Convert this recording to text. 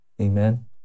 Amen